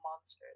monsters